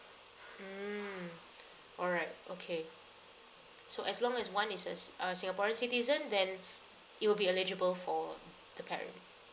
mm all right okay so as long as one is a a singaporean citizen then it'll be eligible for the parent